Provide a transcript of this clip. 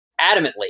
adamantly